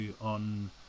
on